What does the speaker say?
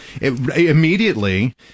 immediately